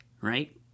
right